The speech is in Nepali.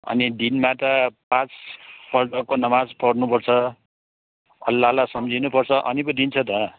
अनि दिनमा त पाँचपल्टको नमाज पढ्नुपर्छ अल्लाहलाई सम्झिनुपर्छ अनि पो दिन्छ त